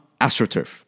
astroturf